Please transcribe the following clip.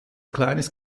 kleines